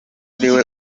ariwe